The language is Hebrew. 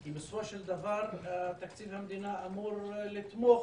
כי בסופו של דבר תקציב המדינה אמור לתמוך